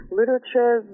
literature